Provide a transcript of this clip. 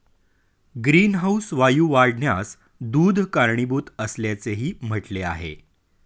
greenhouse वायू वाढण्यास दूध कारणीभूत असल्याचेही म्हटले आहे